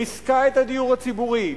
ריסקה את הדיור הציבורי.